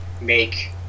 make